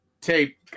tape